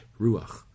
Ruach